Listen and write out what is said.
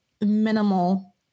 minimal